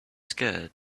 scared